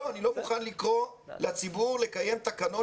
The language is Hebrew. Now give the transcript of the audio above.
אני לא מוכן לקרוא לציבור לקיים תקנות